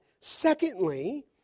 Secondly